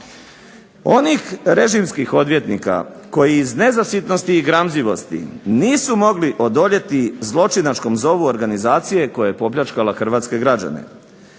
onih režimskih odvjetnika koji iz nezasitnosti i gramzivosti nisu mogli odoljeti zločinačkom zovu organizacije koja je popljačkala hrvatske građane.